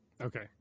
Okay